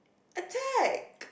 attack